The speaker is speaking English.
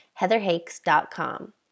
heatherhakes.com